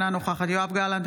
אינה נוכחת יואב גלנט,